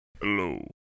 Hello